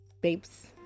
Babes